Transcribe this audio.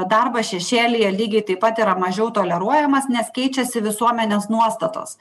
darbas šešėlyje lygiai taip pat yra mažiau toleruojamas nes keičiasi visuomenės nuostatos